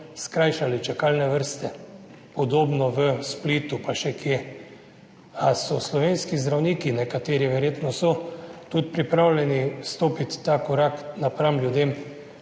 skrajšali čakalne vrste. Podobno v Splitu pa še kje. Ali so slovenski zdravniki, nekateri verjetno so, tudi pripravljeni stopiti ta korak napram ljudem?